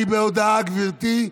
אני בהודעה, גברתי.